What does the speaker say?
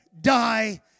die